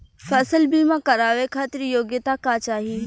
फसल बीमा करावे खातिर योग्यता का चाही?